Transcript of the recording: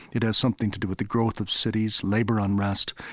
it has something to do with the growth of cities, labor unrest.